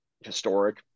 historic